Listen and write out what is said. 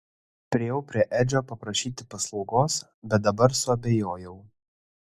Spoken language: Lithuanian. priėjau prie edžio paprašyti paslaugos bet dabar suabejojau